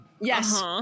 Yes